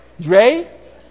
Dre